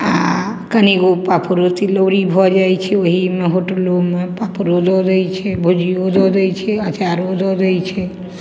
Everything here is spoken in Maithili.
आ कनी ओ पापड़ो तिलौड़ी भऽ जाइ छै ओहिमे होटलोमे पापड़ो दऽ दै छै भुजिओ दऽ दै छै अँचारो दऽ दै छै